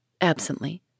absently